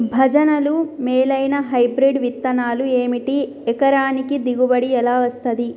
భజనలు మేలైనా హైబ్రిడ్ విత్తనాలు ఏమిటి? ఎకరానికి దిగుబడి ఎలా వస్తది?